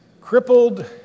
crippled